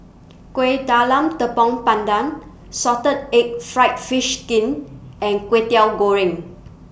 Kueh Talam Tepong Pandan Salted Egg Fried Fish Skin and Kwetiau Goreng